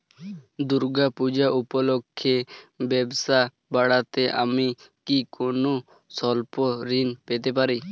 দূর্গা পূজা উপলক্ষে ব্যবসা বাড়াতে আমি কি কোনো স্বল্প ঋণ পেতে পারি?